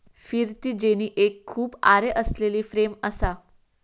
फिरती जेनी एक खूप आरे असलेली फ्रेम असा